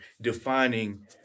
defining